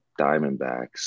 Diamondbacks